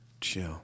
chill